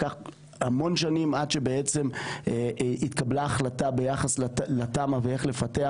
לקח המון שנים עד שבעצם התקבלה החלטה ביחס לתמ"א ואיך לפתח.